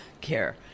care